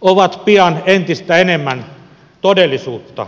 ovat pian entistä enemmän todellisuutta suomessa